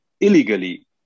illegally